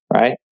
right